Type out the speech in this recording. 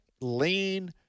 Lean